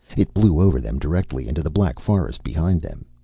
it blew over them directly into the black forest behind them.